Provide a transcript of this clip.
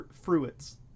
fruits